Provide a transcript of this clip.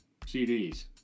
CDs